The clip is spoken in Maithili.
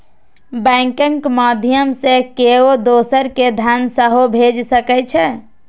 बैंकक माध्यय सं केओ दोसर कें धन सेहो भेज सकै छै